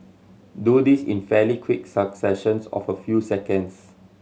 do this in fairly quick successions of a few seconds